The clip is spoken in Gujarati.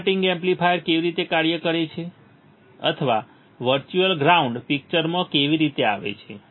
ઇન્વર્ટીંગ એમ્પ્લીફાયર કેવી રીતે કાર્ય કરે છે અથવા વર્ચ્યુઅલ ગ્રાઉન્ડ પિક્ચરમાં કેવી રીતે આવે છે